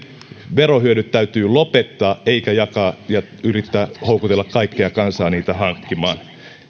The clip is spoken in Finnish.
verohyödyt täytyy lopettaa eikä yrittää houkutella kaikkea kansaa niitä hankkimaan